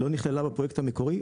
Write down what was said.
ולא נכללה בפרויקט המקורי.